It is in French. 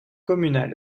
communal